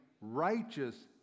righteous